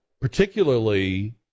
particularly